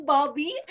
Bobby